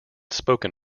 spoken